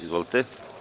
Izvolite.